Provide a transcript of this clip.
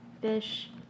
fish